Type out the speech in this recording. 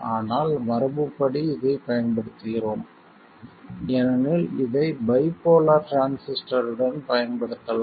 ஆனால் மரபுப்படி இதைப் பயன்படுத்துகிறோம் ஏனெனில் இதை பைபோலார் டிரான்சிஸ்டருடன் பயன்படுத்தலாம்